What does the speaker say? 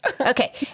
Okay